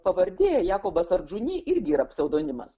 pavardė jakobas ardžuni irgi yra pseudonimas